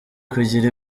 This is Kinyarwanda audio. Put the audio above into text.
kugira